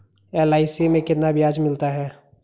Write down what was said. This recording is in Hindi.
एल.आई.सी में कितना ब्याज मिलता है?